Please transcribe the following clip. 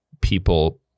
people